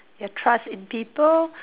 your trust in people